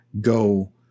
go